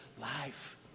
life